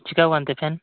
ᱪᱤᱠᱟᱣᱠᱟᱱ ᱛᱮ ᱯᱷᱮᱱ